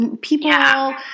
people